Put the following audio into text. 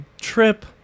trip